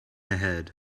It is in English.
ahead